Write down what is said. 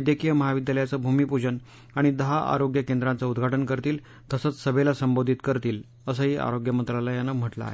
वस्कीय महाविद्यालयाचं भूमीपूजन आणि दहा आरोग्य केंद्रांचं उद्घाटन करतील तसंच सभेला संबोधित करतील असंही आरोग्यमंत्रालयानं म्हटलं आहे